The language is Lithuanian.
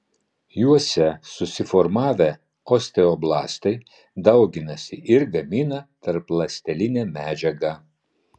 juose susiformavę osteoblastai dauginasi ir gamina tarpląstelinę medžiagą